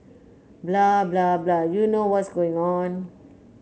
blah blah blah you know what's going on